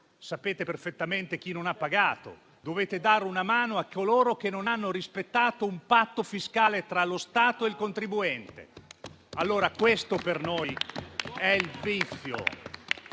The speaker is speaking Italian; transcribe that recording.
sapete perfettamente chi non ha pagato, dovete dare una mano a coloro che non hanno rispettato un patto fiscale tra lo Stato e il contribuente. Questo per noi è il vizio: